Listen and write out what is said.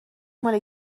مال